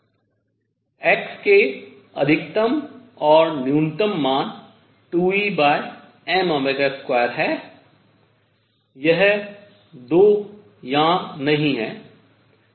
x के अधिकतम और न्यूनतम मान 2Em2 हैं यहां 2 नहीं हैं